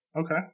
Okay